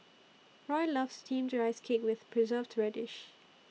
Roy loves Steamed Rice Cake with Preserved Radish